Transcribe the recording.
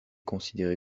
considéré